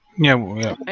yeah we. i.